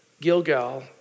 Gilgal